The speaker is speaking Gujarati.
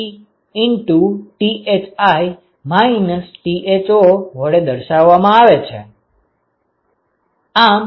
Cp×Thi Tho વડે દર્શાવવામાં આવે છે